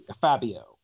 Fabio